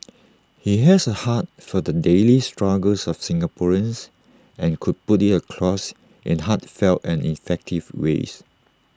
he has A heart for the daily struggles of Singaporeans and could put IT across in heartfelt and effective ways